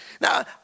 now